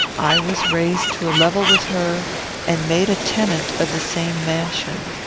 i was raised to a level with her and made a tenant of the same mansion.